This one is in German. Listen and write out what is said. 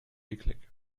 eklig